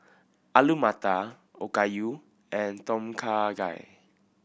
Alu Matar Okayu and Tom Kha Gai